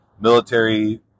military